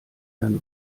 dann